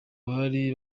bari